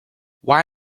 why